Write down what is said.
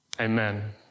Amen